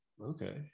okay